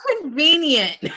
convenient